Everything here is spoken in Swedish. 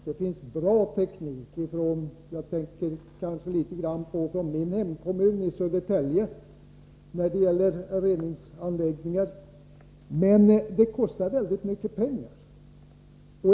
Det finns bra teknik, och när det gäller reningsanläggningar tänker jag litet på min hemkommun Södertälje. Men det kostar väldigt mycket pengar.